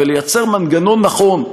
ולייצר מנגנון נכון,